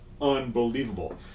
unbelievable